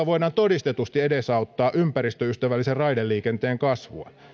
voidaan todistetusti edesauttaa ympäristöystävällisen raideliikenteen kasvua